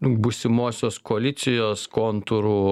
būsimosios koalicijos kontūrų